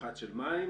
ופחת של מים,